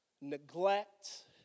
Neglect